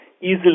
easily